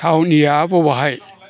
थावनिया बबेहाय